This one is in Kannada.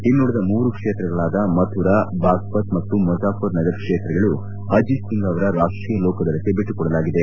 ಇನ್ನುಳಿದ ಮೂರು ಕ್ಷೇತ್ರಗಳಾದ ಮಥುರಾ ಬಾಗ್ಪತ್ ಮತ್ತು ಮುಜಾಫರ್ ನಗರ್ ಕ್ಷೇತ್ರಗಳು ಅಜಿತ್ ಸಿಂಗ್ ಅವರ ರಾಷ್ಟೀಯ ಲೋಕದಳಕ್ಕೆ ಬಿಟ್ಟುಕೊಡಲಾಗಿದೆ